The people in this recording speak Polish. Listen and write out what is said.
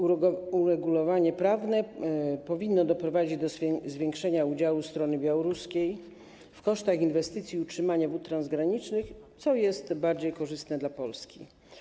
Uregulowanie prawne powinno doprowadzić do zwiększenia udziału strony białoruskiej w kosztach inwestycji i utrzymania wód transgranicznych, co jest bardziej korzystne dla Polski.